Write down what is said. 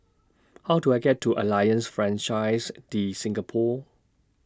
How Do I get to Alliance Francaise De Singapour